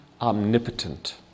omnipotent